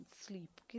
sleep